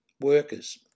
workers